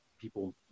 people